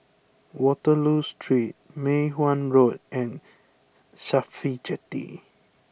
Waterloo Street Mei Hwan Road and Cafhi Jetty